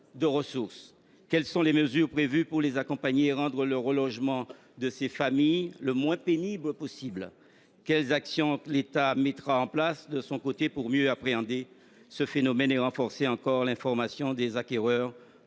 de ressources. Quelles sont les mesures prévues pour les accompagner et rendre le relogement de ces familles le moins pénible possible ? Quelles actions l’État mettra t il en place pour mieux appréhender ce phénomène et renforcer l’information des acquéreurs